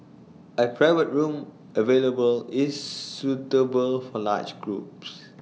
A private room available is suitable for large groups